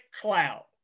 cloud